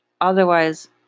otherwise